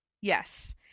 yes